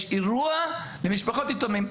יש אירוע למשפחות יתומים,